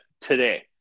today